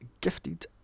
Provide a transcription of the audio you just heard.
Gifted